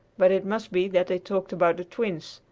but it must be that they talked about the twins,